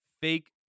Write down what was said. Fake